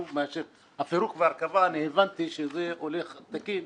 הפירוק וההרכבה אני הבנתי שזה הולך תקין,